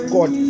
God